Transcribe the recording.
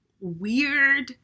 weird